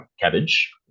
cabbage